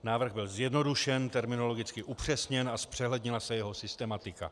Návrh byl zjednodušen, terminologicky upřesněn a zpřehlednila se jeho systematika.